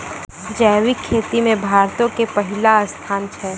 जैविक खेती मे भारतो के पहिला स्थान छै